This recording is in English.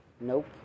nope